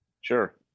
Sure